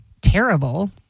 Terrible